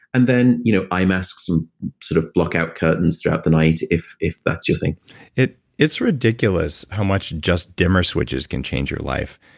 and then, you know eye masks and sort of black-out curtains throughout the night, if if that's your thing it's ridiculous how much just dimmer switches can change your life.